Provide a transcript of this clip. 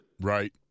Right